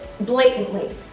blatantly